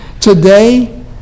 Today